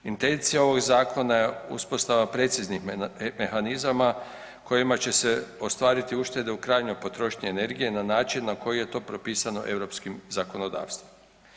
Intencija ovog zakona je uspostava preciznih mehanizama kojima će se ostvariti uštede u krajnjoj potrošnji energije na način na koji je to propisano europskim zakonodavstvom.